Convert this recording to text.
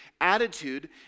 attitude